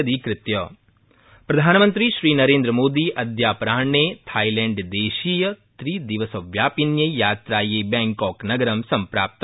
प्रधानमन्त्री प्रधानमन्त्री श्रीनरेन्द्र मोदी अद्यापराह्ने थाइलैण्डदेशीय त्रिदिवसव्यापिन्यै यात्रायै बैंकोकनगरं सम्प्राप्त